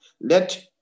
Let